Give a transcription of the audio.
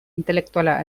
intelektuala